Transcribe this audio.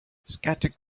scattered